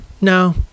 No